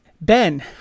Ben